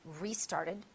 restarted